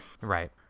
Right